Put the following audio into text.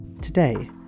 Today